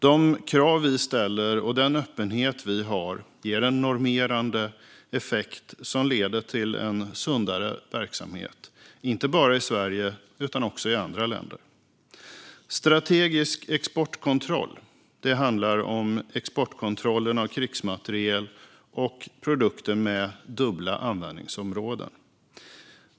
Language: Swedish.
De krav vi ställer och den öppenhet vi har ger en normerande effekt som leder till en sundare verksamhet inte bara i Sverige utan också i andra länder. Strategisk exportkontroll handlar om exportkontrollen av krigsmateriel och produkter med dubbla användningsområden.